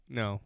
no